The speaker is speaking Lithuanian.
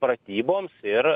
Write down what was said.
pratyboms ir